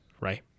right